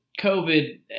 covid